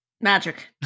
Magic